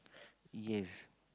yes